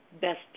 best